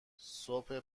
صبح